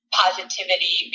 positivity